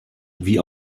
wie